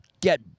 get-